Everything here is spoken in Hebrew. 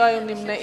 לא היו נמנעים.